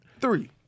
Three